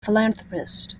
philanthropist